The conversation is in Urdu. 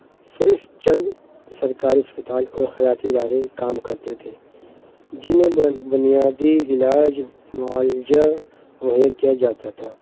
صرف چند سرکاری اسپتال اور خراتی ادارے کام کرتے تھے جن میں بنیادی علاج معالجہ مہیا کیا جاتا تھا